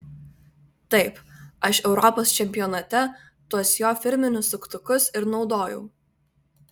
taip aš europos čempionate tuos jo firminius suktukus ir naudojau